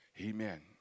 Amen